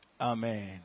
Amen